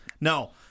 No